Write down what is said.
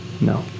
No